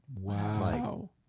wow